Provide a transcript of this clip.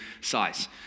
size